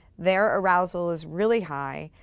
their arousal is really high.